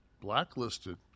Blacklisted